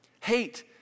Hate